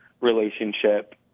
relationship